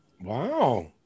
Wow